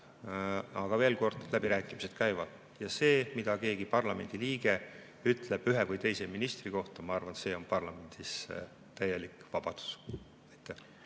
Aga veel kord, läbirääkimised käivad ja see, mida mõni parlamendiliige ütleb ühe või teise ministri kohta – ma arvan, et see on parlamendis täielik vabadus.